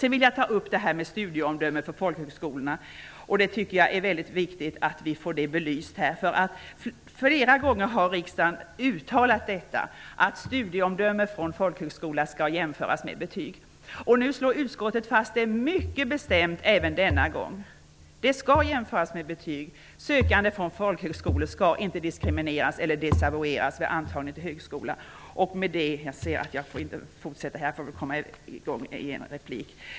Jag vill ta upp frågan om studieomdöme från folkhögskolorna, en fråga som det är viktigt att få belyst. Flera gånger har riksdagen uttalat att studieomdöme från folkhögskola skall jämföras med betyg. Även denna gång fastslår utskottet mycket bestämt att de skall jämföras med betyg. Sökande från folkhögskolor skall inte diskrimineras eller desavoueras vid antagning till högskola. Herr talman!